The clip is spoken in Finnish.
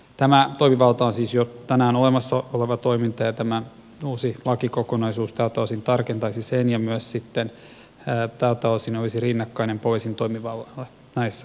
tämä toimivalta on siis jo tänään olemassa oleva toiminta ja tämä uusi lakikokonaisuus tältä osin tarkentaisi sitä ja tältä osin olisi rinnakkainen poliisin toimivallalle näissä asioissa